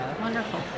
Wonderful